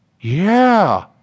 Yeah